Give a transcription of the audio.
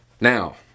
Now